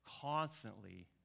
constantly